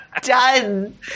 Done